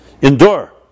endure